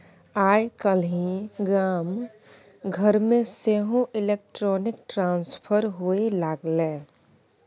आय काल्हि गाम घरमे सेहो इलेक्ट्रॉनिक ट्रांसफर होए लागलै